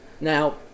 now